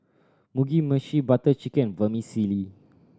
Mugi Meshi Butter Chicken Vermicelli